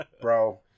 Bro